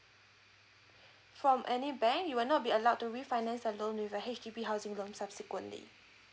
from any bank you will not be allowed to refinance the loan with a H_D_B housing loan subsequently